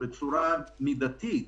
בצורה מידתית,